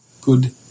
Good